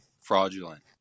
fraudulent